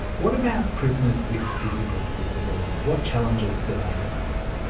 what about prisoners with physical disabilities? what challenges do they face?